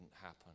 happen